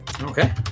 Okay